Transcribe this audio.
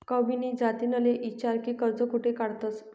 कविनी जतिनले ईचारं की कर्ज कोठे काढतंस